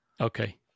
Okay